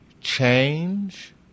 change